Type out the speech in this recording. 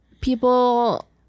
people